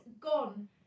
gone